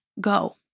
go